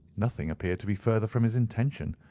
nothing appeared to be further from his intention.